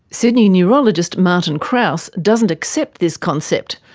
sydney neurologist martin krause doesn't accept this concept,